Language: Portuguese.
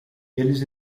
eles